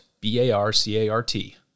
B-A-R-C-A-R-T